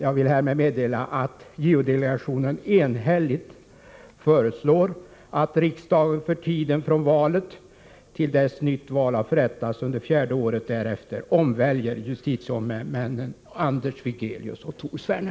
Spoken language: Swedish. Jag vill härmed meddela att JO-delegationen enhälligt föreslår att riksdagen för tiden från valet till dess nytt val förrättas under fjärde året härefter omväljer JO-ombudsmännen Anders Wigelius och Tor Sverne.